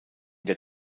der